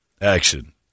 action